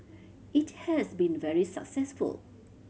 it has been very successful